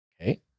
Okay